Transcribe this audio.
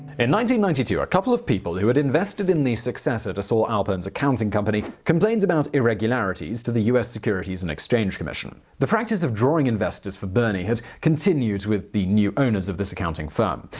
and ninety ninety two a couple of people who had invested in the successor to saul alpern's accounting company complained about irregularities to the u s. securities and exchange commission. the practice of drawing investors for bernie had continued with the new owners of the accounting firm.